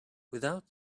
without